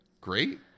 great